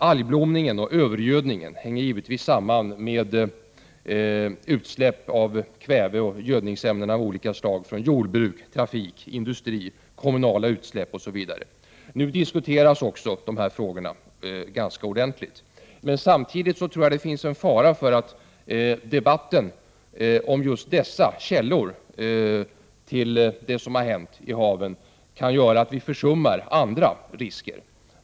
Algblomningen och övergödningen hänger givetvis samman med utsläpp av kväve och gödningsämnen av olika slag från jordbruk, trafik, industri och kommunala utsläpp osv. Nu diskuteras dessa frågor ganska ordentligt. Men samtidigt finns en fara för att debatten om just dessa orsaker till vad som har hänt med havet kan göra att vi försummar andra risker.